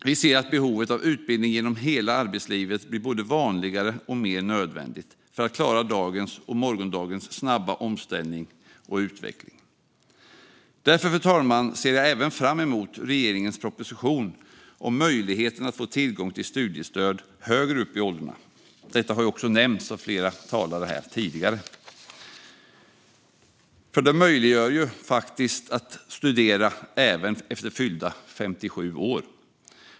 Vi ser att behovet av utbildning genom hela arbetlivet blir både vanligare och mer nödvändigt för att klara dagens och morgondagens snabba omställningar och utveckling. Därför, fru talman, ser jag fram emot regeringens proposition om möjligheten att få tillgång till studiestöd högre upp i åldrarna, som har nämnts av flera talare här tidigare. Detta möjliggör att studera även efter fyllda 57 år.